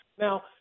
Now